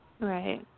Right